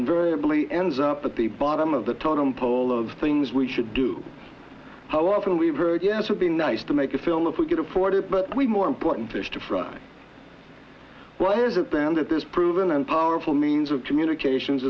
invariably ends up at the bottom of the totem pole of things we should do how often we've heard yes would be nice to make a film if we could afford it but more important fish to fry wasn't banned at this proven and powerful means of communications